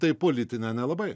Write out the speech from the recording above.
tai politinę nelabai